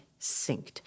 synced